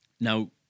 Now